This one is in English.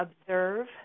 observe